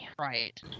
Right